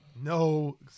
No